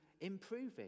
improving